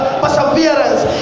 perseverance